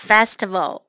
Festival